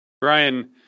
Brian